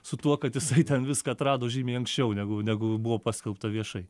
su tuo kad jisai ten viską atrado žymiai anksčiau negu negu buvo paskelbta viešai